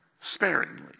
sparingly